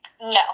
No